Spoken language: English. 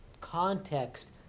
context